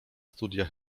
studia